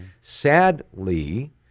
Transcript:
Sadly